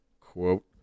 quote